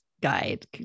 Guide